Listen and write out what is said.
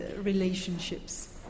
relationships